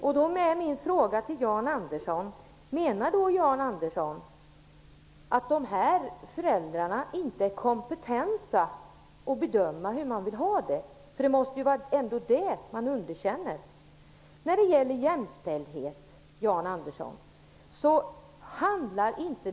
Jag vill därför fråga Jan Andersson om han menar att dessa familjer inte är kompetenta att bedöma hur man vill ha det. Det är ju det man underkänner. Detta handlar inte om jämställdhet, Jan Andersson.